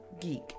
geek